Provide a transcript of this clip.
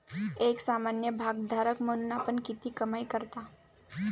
एक सामान्य भागधारक म्हणून आपण किती कमाई करता?